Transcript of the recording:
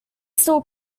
still